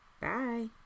Bye